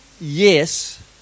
yes